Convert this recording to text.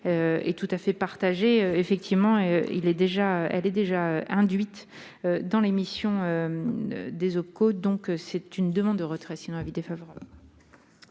est tout à fait partagés, effectivement, il est déjà, elle est déjà induite dans l'émission des eaux, donc c'est une demande de retrait sinon avis défavorable.